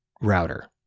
router